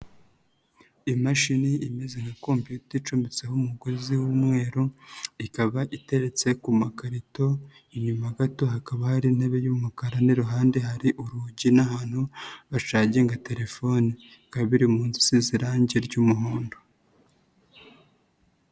Imashini imeze nka kompiyuta icometseho umugozi w'umweru, ikaba iteretse ku makarito inyuma gato hakaba hari intebe y'umukara n'iruhande hari urugi n'ahantu bacaginga telefoni. Bikaba biri mu nzu isize irangi ry'umuhondo.